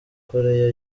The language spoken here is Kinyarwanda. korea